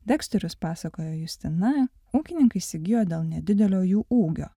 deksterius pasakoja justina ūkininkai įsigijo dėl nedidelio jų ūgio